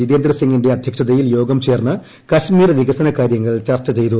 ജിതേന്ദ്ര സിംഗിന്റെ അധ്യക്ഷതയിൽ യോഗം ചേർന്ന് കശ്മീർ വികസന കാര്യങ്ങൾ ചർച്ച ചെയ്തു